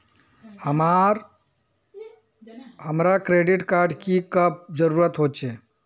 हमरा credit card की कब जरूरत होते?